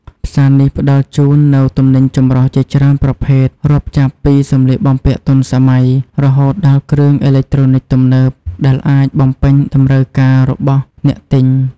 ផ្សារនេះផ្តល់ជូននូវទំនិញចម្រុះជាច្រើនប្រភេទ រាប់ចាប់ពីសម្លៀកបំពាក់ទាន់សម័យ រហូតដល់គ្រឿងអេឡិចត្រូនិកទំនើប ដែលអាចបំពេញតម្រូវការរបស់អ្នកទិញ។